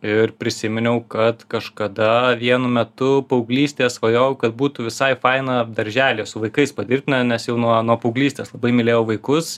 ir prisiminiau kad kažkada vienu metu paauglystėje svajojau kad būtų visai faina darželyje su vaikais padirbt ne nes jau nuo nuo paauglystės labai mylėjau vaikus